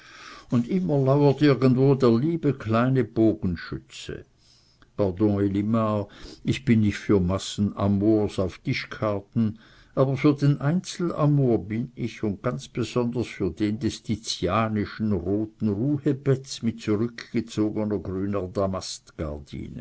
und immer lauert irgendwo der kleine liebe bogenschütze pardon elimar ich bin nicht für massenamors auf tischkarten aber für den einzelamor bin ich und ganz besonders für den des tizianischen roten ruhebetts mit zurückgezogener grüner